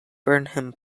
burnham